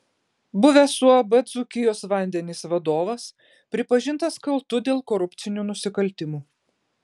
buvęs uab dzūkijos vandenys vadovas pripažintas kaltu dėl korupcinių nusikaltimų